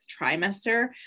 trimester